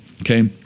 Okay